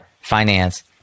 finance